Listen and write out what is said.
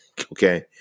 okay